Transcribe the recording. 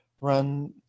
run